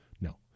No